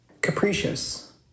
Capricious